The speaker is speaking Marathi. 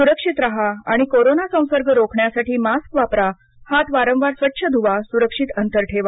सुरक्षित राहा आणि कोरोना संसर्ग रोखण्यासाठी मास्क वापरा हात वारंवार स्वच्छ धुवा सुरक्षित अंतर ठेवा